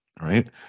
right